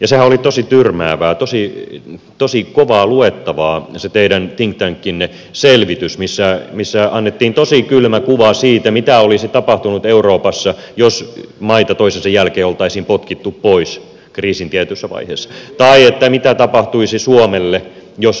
sehän oli tosi tyrmäävää tosi kovaa luettavaa se teidän think tankinne selvitys missä annettiin tosi kylmä kuva siitä mitä olisi tapahtunut euroopassa jos maita toisensa jälkeen oltaisiin potkittu pois kriisin tietyssä vaiheessa tai mitä tapahtuisi suomelle jos euro hajoaisi